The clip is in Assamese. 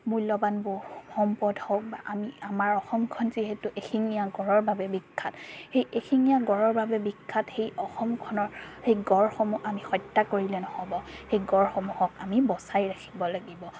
মূল্যৱান ব সম্পদ হওক বা আমি আমাৰ অসমখন যিহেতু এশিঙিয়া গঁড়ৰ বাবে বিখ্যাত সেই এশিঙিয়া গঁড়ৰ বাবে বিখ্যাত সেই অসমখনৰ সেই গঁড়সমূহ আমি হত্যা কৰিলে নহ'ব সেই গঁড়সমূহক আমি বচাই ৰাখিব লাগিব